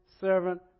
servant